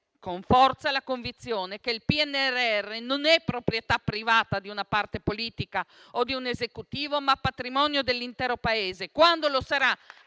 con forza la convinzione che il PNRR sia non proprietà privata di una parte politica o di un Esecutivo, ma patrimonio dell'intero Paese. Quando lo sarà